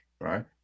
Right